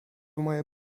moje